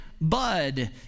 bud